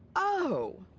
oh,